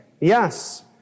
Yes